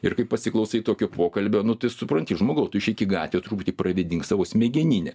ir kai pasiklausai tokio pokalbio nu tai supranti žmogau tu išeik į gatvę ir truputį pravėdink savo smegeninę